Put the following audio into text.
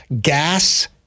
Gas